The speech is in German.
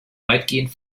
weitestgehend